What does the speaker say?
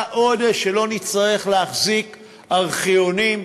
מה עוד שלא נצטרך להחזיק ארכיונים,